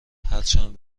هرچند